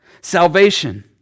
Salvation